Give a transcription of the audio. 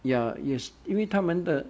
ya yes 因为它们的